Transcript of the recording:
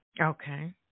Okay